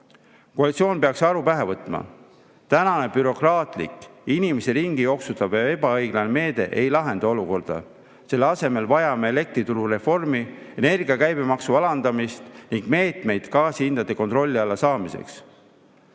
Koalitsioon peaks aru pähe võtma. Praegune bürokraatlik, inimesi ringijooksutav ja ebaõiglane meede ei lahenda olukorda. Selle asemel vajame elektrituru reformi, energia käibemaksu alandamist ning meetmeid gaasihindade kontrolli alla saamiseks.